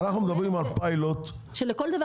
אנחנו מדברים על פיילוט --- לכל דבר